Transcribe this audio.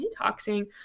detoxing